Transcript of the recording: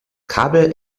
kabel